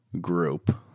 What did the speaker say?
group